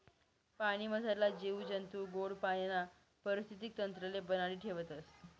पाणीमझारला जीव जंतू गोड पाणीना परिस्थितीक तंत्रले बनाडी ठेवतस